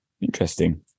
Interesting